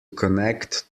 connect